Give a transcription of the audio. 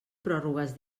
pròrrogues